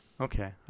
Okay